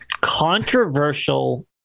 Controversial